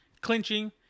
clinching